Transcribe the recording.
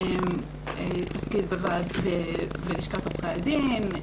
בעלת תפקיד בלשכת עורכי הדין,